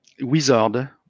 wizard